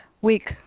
week